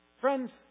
Friends